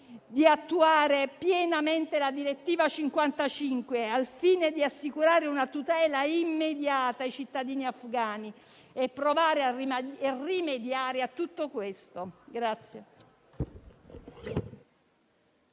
di attuare pienamente la direttiva n. 55, al fine di assicurare una tutela immediata ai cittadini afghani e provare a rimediare a tutto questo.